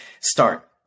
start